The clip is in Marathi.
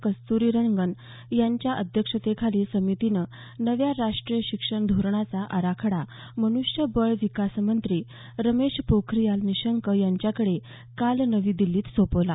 कस्तुरीरंगन यांच्या अध्यक्षतेखालील समितीनं नव्या राष्ट्रीय शिक्षण धोरणाचा आराखडा मन्ष्य बळ विकास मंत्री रमेश पोखरियाल निशंक यांच्याकडे काल नवी दिल्लीत सोपवला